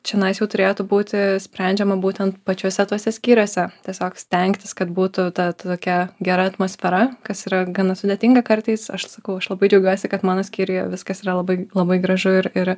čionais jau turėtų būti sprendžiama būtent pačiuose tuose skyriuose tiesiog stengtis kad būtų ta tokia gera atmosfera kas yra gana sudėtinga kartais aš sakau aš labai džiaugiuosi kad mano skyriuje viskas yra labai labai gražu ir ir